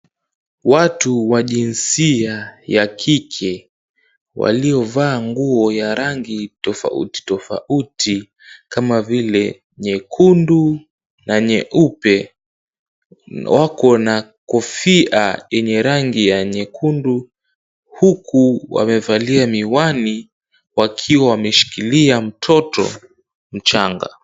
Watu wa jinsia ya kike waliovaa nguo ya rangi tofauti tofauti kama vile nyekundu na nyeupe, wako na kofia yenye rangi ya nyekundu, huku wamevalia miwani wakiwa wameshikilia mtoto mchanga.